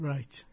Right